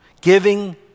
Giving